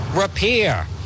Repair